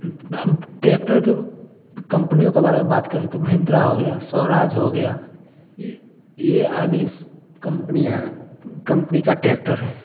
हम ट्रैक्टर के कम्पनियों के बारे में बात करें तो महिंद्रा हो गया स्वराज हो गया ये ये आदिस कम्पनियाँ कंपनी का ट्रैक्टर है